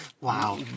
wow